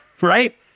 right